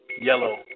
Yellow